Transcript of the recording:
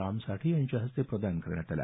राम साठे यांच्या हस्ते प्रदान करण्यात आला